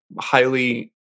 highly